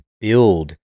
build